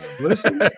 Listen